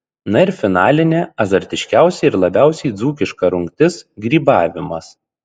na ir finalinė azartiškiausia ir labiausiai dzūkiška rungtis grybavimas